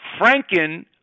Franken